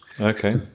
Okay